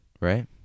Right